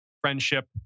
friendship